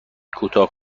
کوتاه